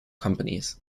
companies